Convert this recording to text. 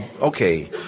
okay